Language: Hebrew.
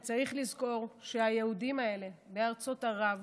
וצריך לזכור שהיהודים האלה בארצות ערב,